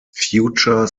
future